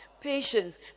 patience